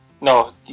no